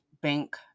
bank